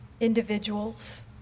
individuals